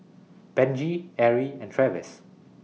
Benji Erie and Travis